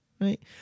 right